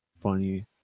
funny